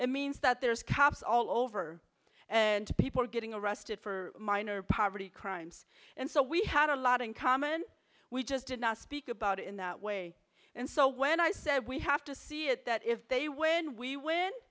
it means that there's cops all over and people are getting arrested for minor poverty crimes and so we had a lot in common we just did not speak about it in that way and so when i said we have to see it that if they when we win